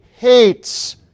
hates